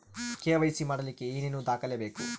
KYC ಮಾಡಲಿಕ್ಕೆ ಏನೇನು ದಾಖಲೆಬೇಕು?